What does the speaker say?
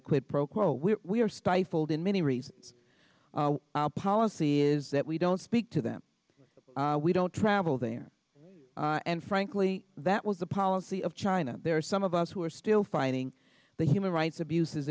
quid pro quo where we are stifled in many reasons our policy is that we don't speak to them we don't travel there and frankly that was the policy of china there are some of us who are still fighting the human rights abuses